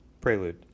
Prelude